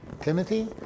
Timothy